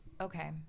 Okay